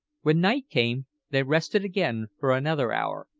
when night came they rested again for another hour,